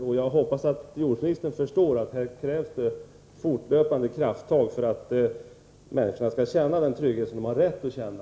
Och jag hoppas att jordbruksministern förstår att det krävs fortlöpande krafttag för att människorna skall känna den trygghet som de har rätt att känna.